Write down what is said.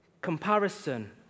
Comparison